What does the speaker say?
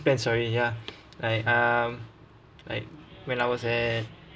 plan sorry ya I um like when I was at